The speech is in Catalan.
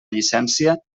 llicència